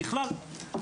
בכלל,